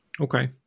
Okay